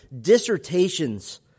dissertations